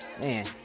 Man